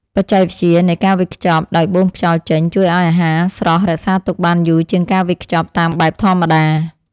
បច្ចេកវិទ្យានៃការវេចខ្ចប់ដោយបូមខ្យល់ចេញ ជួយឱ្យអាហារស្រស់រក្សាទុកបានយូរជាងការវេចខ្ចប់តាមបែបធម្មតា។